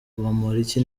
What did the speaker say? bamporiki